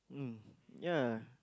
mm yeah